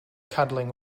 cuddling